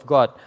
God